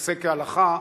עושה כהלכה,